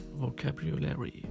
vocabulary